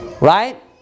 Right